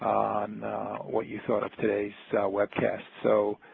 on what you thought of today's webcast. so,